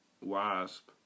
Wasp